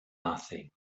nothing